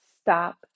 Stop